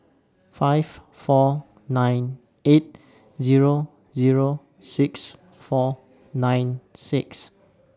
five four nine eight Zero Zero six four nine six